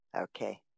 Okay